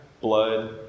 blood